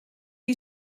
you